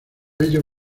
ello